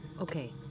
Okay